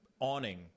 awning